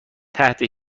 تحت